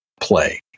play